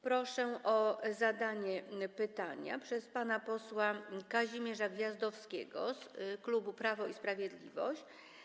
Proszę o zadanie pytania pana posła Kazimierza Gwiazdowskiego z klubu Prawo i Sprawiedliwość.